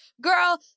Girl